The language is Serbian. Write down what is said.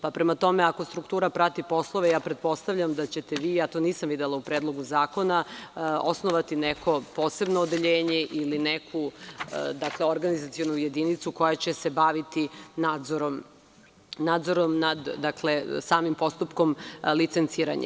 Prema tome, ako struktura prati poslove, pretpostavljam da ćete vi, a to nisam videla u Predlogu zakona, osnovati neko posebno odeljenje ili neku organizacionu jedinicu koja će se baviti nadzorom nad samim postupkom licenciranja.